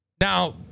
Now